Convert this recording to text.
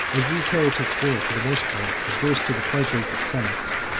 as those heretics were, for the most part, averse to the pleasures of sense,